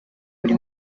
buri